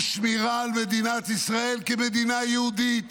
-- שבה המשותף שלנו הוא שמירה על מדינת ישראל כמדינה יהודית